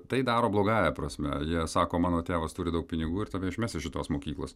tai daro blogąja prasme jie sako mano tėvas turi daug pinigų ir tave išmes iš šitos mokyklos